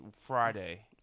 Friday